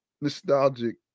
nostalgic